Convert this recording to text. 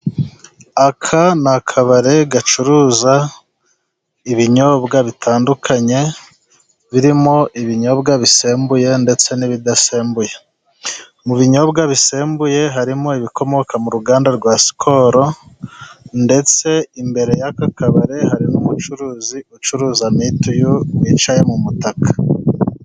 Aka ni akabari gacuruza ibinyobwa bitandukanye birimo ibinyobwa bisembuye ndetse n'ibidasembuye .Mu binyobwa bisembuye harimo ibikomoka mu ruganda rwa sikoro ,ndetse imbere y'aka kabari hari n'umukobwa ucuruza mituyu wicaye mu mutaka.